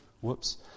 whoops